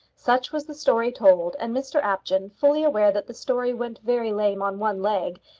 such was the story told, and mr apjohn, fully aware that the story went very lame on one leg,